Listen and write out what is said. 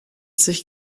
sich